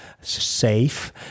safe